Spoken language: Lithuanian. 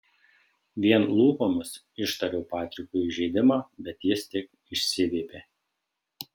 vien lūpomis ištariau patrikui įžeidimą bet jis tik išsiviepė